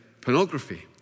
pornography